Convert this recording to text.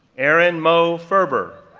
erin mo ferber,